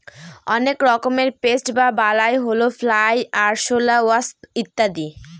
অনেক রকমের পেস্ট বা বালাই হল ফ্লাই, আরশলা, ওয়াস্প ইত্যাদি